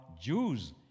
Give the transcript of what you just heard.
Jews